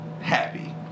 happy